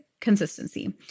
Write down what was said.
consistency